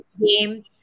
game